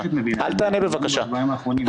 בבקשה.